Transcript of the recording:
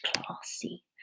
classy